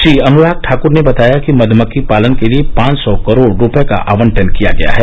श्री अनुराग ठाक्र ने बताया कि मध्यमक्खी पालन के लिए पांच सौ करोड़ रुपये का आवंटन किया गया है